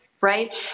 right